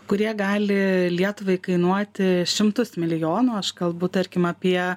kurie gali lietuvai kainuoti šimtus milijonų aš kalbu tarkim apie